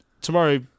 tomorrow